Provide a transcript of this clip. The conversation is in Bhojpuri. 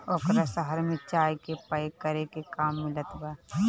ओकरा शहर में चाय के पैक करे के काम मिलत बा